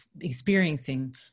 experiencing